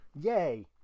Yay